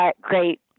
great